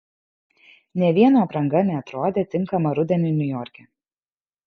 nė vieno apranga neatrodė tinkama rudeniui niujorke